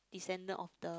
descendant of the